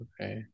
okay